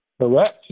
Correct